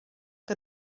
que